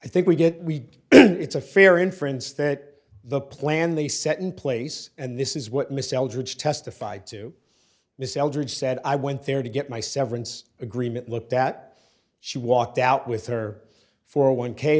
i think we get we it's a fair inference that the plan they set in place and this is what mr eldridge testified to miss eldridge said i went there to get my severance agreement looked at she walked out with her for one k